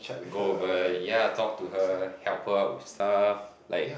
go over yeah talk to her help out her with stuff like